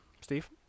Steve